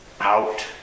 out